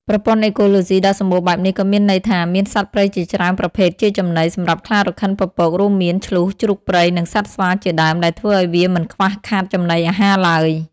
ប្រព័ន្ធអេកូឡូស៊ីដ៏សម្បូរបែបនេះក៏មានន័យថា មាន សត្វព្រៃជាច្រើនប្រភេទជាចំណី សម្រាប់ខ្លារខិនពពក រួមមាន ឈ្លូស ជ្រូកព្រៃ និងសត្វស្វាជាដើម ដែលធ្វើឲ្យវាមិនខ្វះខាតចំណីអាហារឡើយ។